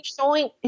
showing